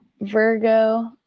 Virgo